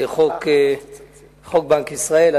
חוק בנק ישראל.